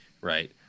right